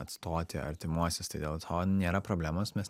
atstoti artimuosius tai dėl to nėra problemos mes